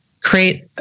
create